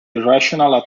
irrational